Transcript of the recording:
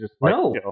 No